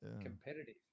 competitive